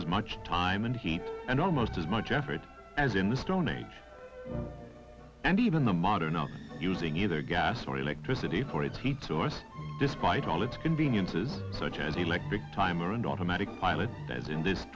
as much time and heat and almost as much effort as in the stone age and even the modern of using either gas or electricity for its heat source despite all its conveniences such as electric timer and automatic pilot said in this